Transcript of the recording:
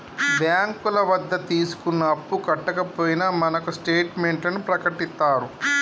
బ్యాంకుల వద్ద తీసుకున్న అప్పు కట్టకపోయినా మనకు స్టేట్ మెంట్లను ప్రకటిత్తారు